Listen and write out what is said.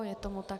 Je tomu tak.